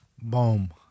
Boom